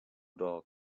dog